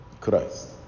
Christ